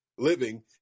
living